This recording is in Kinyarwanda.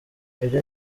ibyo